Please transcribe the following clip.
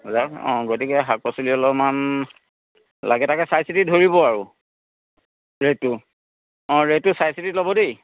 গতিকে শাক পাচলি অলপমাণ লাগে তাকে চাই চিতি ধৰিব আৰু ৰে'টটো অ' ৰে'টটো চাই চিতি ল'ব দেই